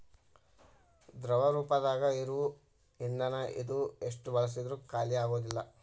ದ್ರವ ರೂಪದಾಗ ಇರು ಇಂದನ ಇದು ಎಷ್ಟ ಬಳಸಿದ್ರು ಖಾಲಿಆಗುದಿಲ್ಲಾ